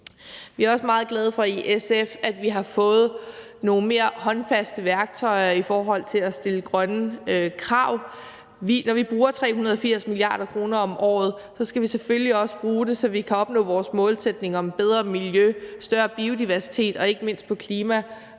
i SF også meget glade for, at vi har fået nogle mere håndfaste værktøjer i forhold til at stille grønne krav. Når vi bruger 380 mia. kr. om året, skal vi selvfølgelig også bruge dem, så vi kan opnå vores målsætning om et bedre miljø og større biodiversitet og ikke mindst på